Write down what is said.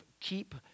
keep